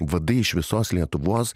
vadai iš visos lietuvos